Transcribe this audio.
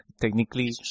technically